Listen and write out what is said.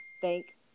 thank